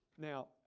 now